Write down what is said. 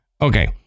Okay